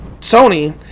Sony